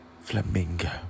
flamingo